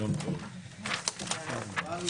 הישיבה ננעלה